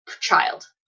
child